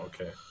okay